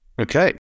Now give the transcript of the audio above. okay